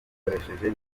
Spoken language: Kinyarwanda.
bakoresheje